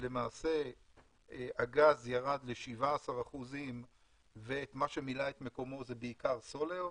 ירד הגז ל-17% ומה שמילא את מקומו זה בעיקר סולר.